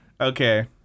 Okay